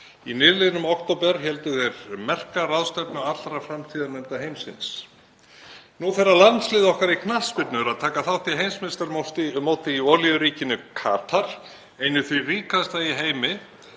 Í nýliðnum október héldu þeir merka ráðstefnu allra framtíðarnefnda heimsins. Nú þegar landslið okkar í knattspyrnu er að taka þátt í heimsmeistaramóti í olíuríkinu Katar, einu því ríkasta í heimi,